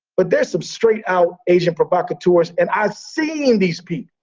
but there are some straight out agent provocateurs. and i've seen these people.